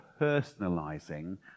personalizing